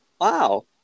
Wow